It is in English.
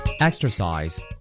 Exercise